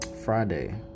Friday